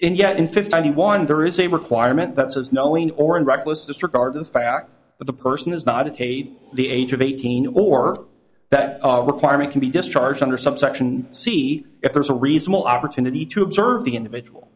minor yet in fifty one there is a requirement that says knowing or and reckless disregard the fact that the person is not a paid the age of eighteen or that requirement can be discharged under subsection see if there is a reasonable opportunity to observe the individual